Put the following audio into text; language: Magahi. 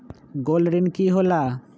गोल्ड ऋण की होला?